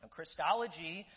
Christology